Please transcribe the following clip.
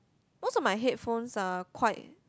most of my headphones are quite